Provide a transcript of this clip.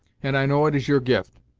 and i know it is your gift.